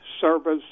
service